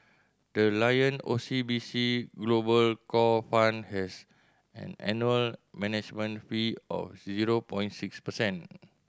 the Lion O C B C Global Core Fund has an annual management fee of zero points six percent